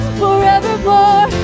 forevermore